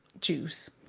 Juice